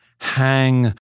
hang